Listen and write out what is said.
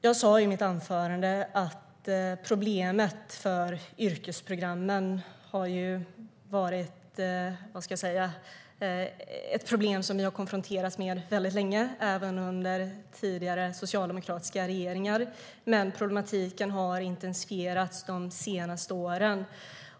Jag sa i mitt anförande att problemet för yrkesprogrammen har varit ett problem som vi har konfronterats med väldigt länge och även under tidigare socialdemokratiska regeringar. Men problematiken har intensifierats de senaste åren.